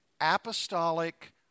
apostolic